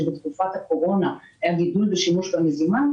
שבתקופת הקורונה היה גידול בשימוש במזומן,